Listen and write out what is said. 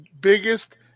biggest